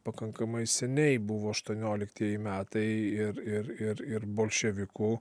pakankamai seniai buvo aštuonioliktieji metai ir ir ir ir bolševikų